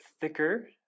thicker